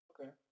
Okay